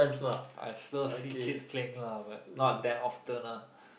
I still see kids playing lah but not that often ah